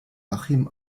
achim